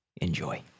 Enjoy